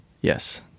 Yes